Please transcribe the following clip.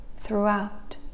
throughout